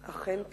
אכן,